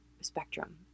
spectrum